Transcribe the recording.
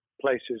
places